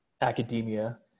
academia